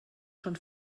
schon